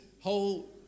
whole